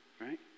Right